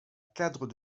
cadre